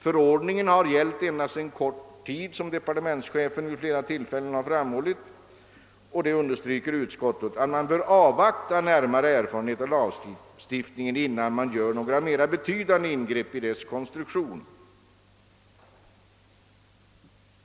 Förordningen har endast gällt under kort tid, och utskottet understryker att man, såsom även departementschefen vid flera tillfällen framhållit, bör avvakta närmare erfarenheter av lagstiftningen innan man gör några mera betydande ingrepp i dess konstruk tion.